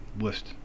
list